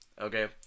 okay